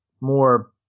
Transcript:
more